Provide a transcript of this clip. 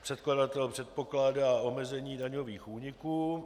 Předkladatel předpokládá omezení daňových úniků.